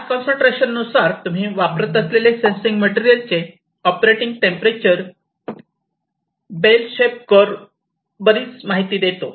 gas concentration नुसार तुम्ही वापरत असलेल्या सेन्सिंग मटेरियल चे operating temperature bell shape curve बरीच माहिती देतो